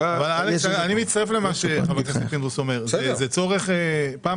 אני מצטרף למה שאומר חבר הכנסת פינדרוס.